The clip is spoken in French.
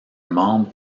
membre